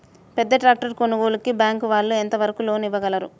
పెద్ద ట్రాక్టర్ కొనుగోలుకి బ్యాంకు వాళ్ళు ఎంత వరకు లోన్ ఇవ్వగలరు?